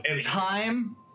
Time